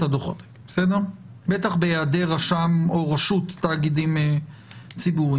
הדוחות האלה בטח בהיעדר רשם או רשות תאגידים ציבוריים.